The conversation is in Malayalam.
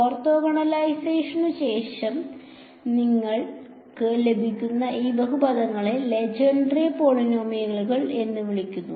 ഓർത്തോഗണലൈസേഷനുശേഷം നിങ്ങൾക്ക് ലഭിക്കുന്ന ഈ ബഹുപദങ്ങളെ ലെജൻഡ്രെ പോളിനോമിയലുകൾ എന്ന് വിളിക്കുന്നു